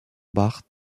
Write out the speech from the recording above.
bart